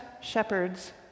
shepherds